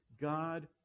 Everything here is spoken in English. God